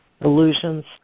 illusions